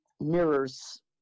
mirrors